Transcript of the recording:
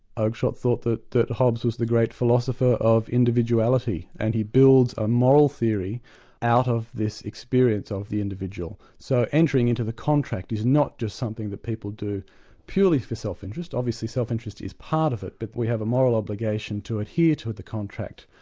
oakeshott thought that that hobbes was the great philosopher of individuality, and he builds a moral theory out of this experience of the individual. so entering into the contract is not just something that people do purely for self-interest obviously self-interest is part of it, but we have a moral obligation to adhere to the contract,